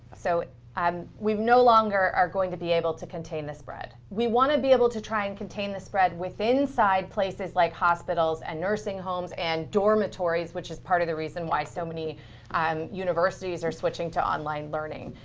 so um we no longer going to be able to contain the spread. we want to be able to try and contain the spread with inside places like hospitals, and nursing homes, and dormitories, which is part of the reason why so many um universities are switching to online learning.